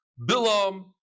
bilam